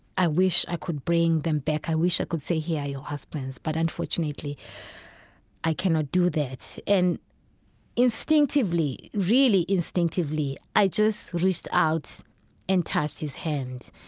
i wish i could bring them back. i wish i could say, here are your husbands but unfortunately i cannot do that. and instinctively, really instinctively, i just reached out and touched his hand.